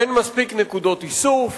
אין מספיק נקודות איסוף,